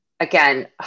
again